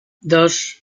dos